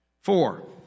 Four